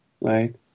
Right